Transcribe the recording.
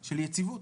של יציבות.